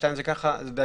2 זה ככה --- נכון.